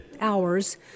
hours